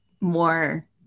more